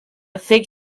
fig